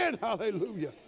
Hallelujah